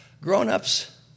Grown-ups